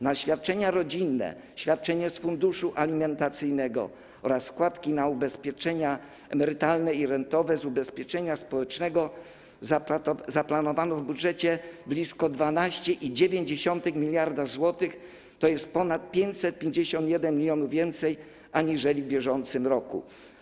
Na świadczenia rodzinne, świadczenia z funduszu alimentacyjnego oraz składki na ubezpieczenia emerytalne i rentowe z ubezpieczenia społecznego zaplanowano w budżecie blisko 12,9 mld zł, tj. ponad 551 mln więcej aniżeli w bieżącym roku.